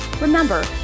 Remember